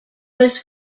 was